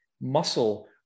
muscle